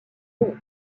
unis